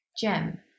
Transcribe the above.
gem